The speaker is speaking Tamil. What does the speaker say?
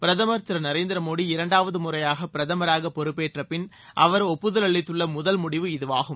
பிரதமர் திரு நரேந்திர மோடி இரண்டாவது முறையாக பிரதமராக பொறுப்பேற்றப்பின் அவர் ஒப்புதல் அளித்துள்ள முதல் முடிவு இதுவாகும்